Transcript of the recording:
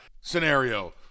scenario